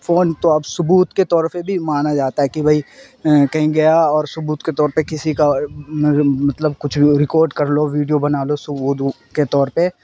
phone تو اب ثبوت کے طور پہ بھی مانا جاتا ہے کہ بھائی کہیں گیا اور ثبوت کے طور پہ کسی کا مطلب کچھ ریکارڈ کر لو ویڈیو بنا لو ثبوت کے طور پہ